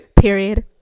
Period